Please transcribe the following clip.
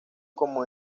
como